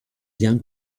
young